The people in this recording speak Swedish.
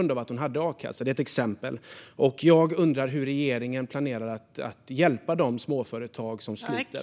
Detta var ett exempel. Jag undrar hur regeringen planerar att hjälpa de småföretagare som sliter.